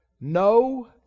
No